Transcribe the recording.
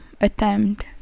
attempt